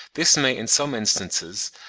this may in some instances,